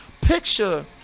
picture